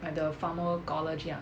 like the pharmacology ah